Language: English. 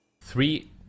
Three